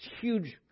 huge